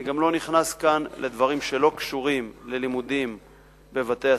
אני גם לא נכנס כאן לדברים שלא קשורים ללימודים בבתי-הספר,